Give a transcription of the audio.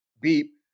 beep